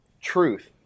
truth